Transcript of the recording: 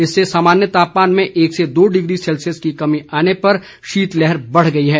इससे सामान्य तापमान में एक से दो डिग्री सेल्सियस की कमी आने पर शीतलहर बढ़ गई है